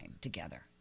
together